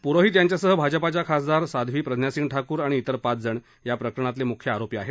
पुरोहित यांच्यासह भाजपाच्या खासदार साध्वी प्रज्ञासिंग ठाकूर आणि तिर पाच जण या प्रकरणातले मुख्य आरोपी आहेत